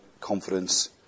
confidence